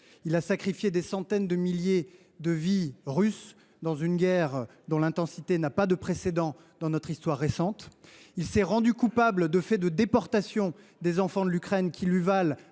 Il a sacrifié des centaines de milliers de vies russes dans une guerre dont l’intensité n’a pas de précédent dans notre histoire récente. Il s’est rendu coupable de faits de déportation d’enfants ukrainiens, qui lui valent